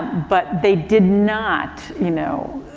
but they did not, you know,